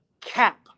cap